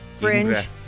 Fringe